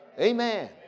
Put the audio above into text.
Amen